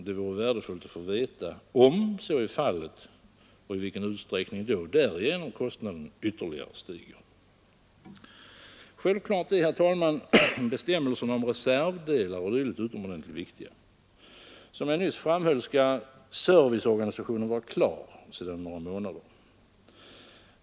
Det vore värdefullt att få veta om så är fallet och i vilken utsträckning därigenom kostnaden ytterligare stiger. Självfallet är, herr talman, bestämmelserna om reservdelar o.d. utomordentligt viktiga. Som jag nyss framhöll skall serviceorganisationen vara klar sedan några månader.